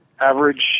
average